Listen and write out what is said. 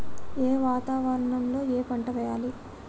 ఏ వాతావరణం లో ఏ పంట వెయ్యాలి?